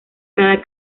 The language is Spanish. cada